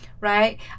right